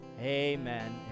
Amen